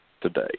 Today